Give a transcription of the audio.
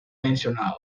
mencionado